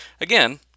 again